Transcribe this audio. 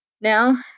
Now